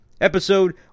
episode